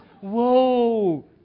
Whoa